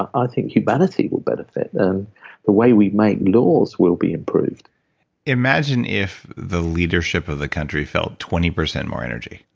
i think humanity will benefit. the way we make laws will be improved imagine if the leadership of the country felt twenty percent more energy.